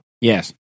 Yes